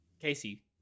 casey